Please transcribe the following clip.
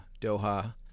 Doha